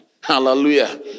hallelujah